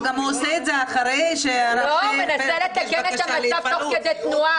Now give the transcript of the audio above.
הוא גם עושה את זה אחרי --- הוא מנסה לתקן את המצב תוך כדי תנועה.